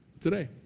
today